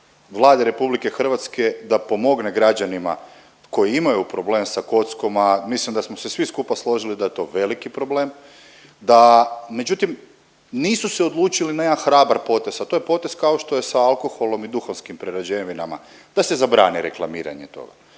Vlade RH da pomogne građanima koji imaju problem sa kockom a mislim da smo se svi skupa složili da je to veliki problem, da međutim nisu se odlučili na jedan hrabar potez, a to je potez kao što je sa alkoholom i duhanskim prerađevinama da se zabrani reklamiranje toga,